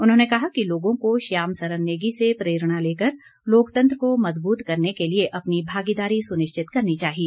उन्होंने कहा कि लोगों को श्याम सरन नेगी से प्रेरणा लेकर लोकतंत्र को मज़बूत करने के लिए अपनी भागीदारी सुनिश्चित करनी चाहिए